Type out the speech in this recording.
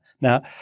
Now